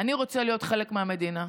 אני רוצה להיות חלק מהמדינה.